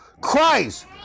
Christ